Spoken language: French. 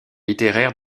littéraires